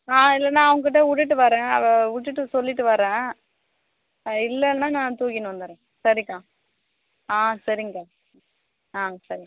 ஆ இல்லைன்னா அவங்ககிட்ட விட்டுட்டு வரேன் விட்டுட்டு சொல்லிவிட்டு வரேன் இல்லைன்னா நான் தூக்கின்னு வந்துடுறேன் சரிக்கா ஆ சரிங்கக்கா ஆ சரி